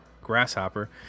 Grasshopper